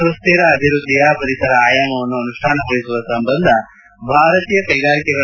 ಸುಸ್ಡಿರ ಅಭಿವೃದ್ದಿಯ ಪರಿಸರ ಆಯಾಮವನ್ನು ಅನುಷ್ಠಾನಗೊಳಿಸುವ ಸಂಬಂಧ ಭಾರತೀಯ ಕೈಗಾರಿಕೆಗಳ